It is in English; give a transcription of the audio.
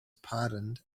pardoned